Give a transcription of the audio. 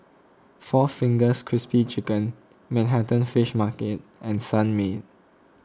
four Fingers Crispy Chicken Manhattan Fish Market and Sunmaid